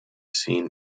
seen